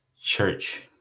church